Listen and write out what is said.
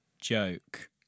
joke